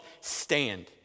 Stand